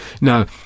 Now